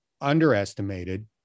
underestimated